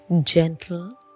gentle